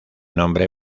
nombre